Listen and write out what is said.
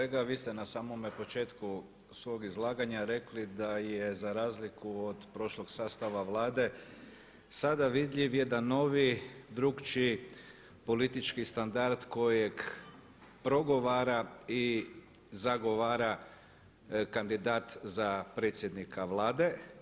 Poštovani kolega, vi ste na samome početku svog izlaganja rekli da je za razliku od prošlog sastava Vlade sada vidljiv jedan novi, drukčiji politički standard kojeg progovara i zagovara kandidat za predsjednika Vlade.